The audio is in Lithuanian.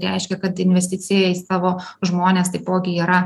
reiškia kad investicija į savo žmones taipogi yra